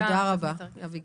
תודה רבה, אביגיל.